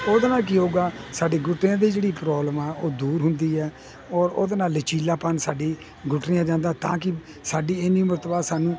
ਉਹਦੇ ਨਾਲ ਕੀ ਹੋਊਗਾ ਸਾਡੀ ਗੋਡਿਆਂ ਦੀ ਜਿਹੜੀ ਪ੍ਰੋਬਲਮ ਆ ਉਹ ਦੂਰ ਹੁੰਦੀ ਹ ਔਰ ਉਹਦੇ ਨਾਲ ਲਚੀਲਾਪਨ ਸਾਡੀ ਗੁਟਲੀਆ ਜਾਂਦਾ ਤਾਂ ਕਿ ਸਾਡੀ ਇਨੀ ਮਰਤਬਾ ਸਾਨੂੰ